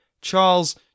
Charles